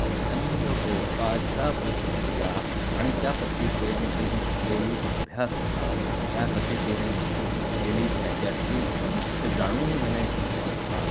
अत्यंत टोकाच्या प्रतिक्रिया आणि त्या प्रतिक्रियेमध्ये नसलेली अभ्यासता त्या प्रतिकेने नसले नसलेली त्याच्यातील मुख्य जाणून घेण्याची क्षमता